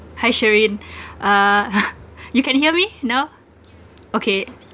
hi sherine uh you can hear me now okay